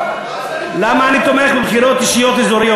למה אני תומך בבחירות אישיות אזוריות?